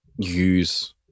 use